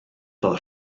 fel